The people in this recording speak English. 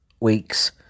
Weeks